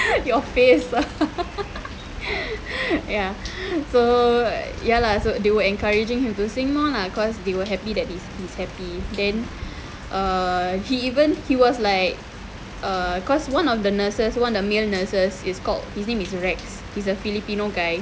your face ya so ya lah so they were encouraging him to sing more lah cause they were happy that he's happy then err he even he was like err cause one of the nurses one of the male nurses is called his name is rex he's a filipino guy